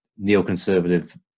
neoconservative